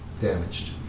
damaged